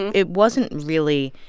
and it wasn't really,